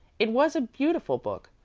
it was a beautiful book.